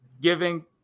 giving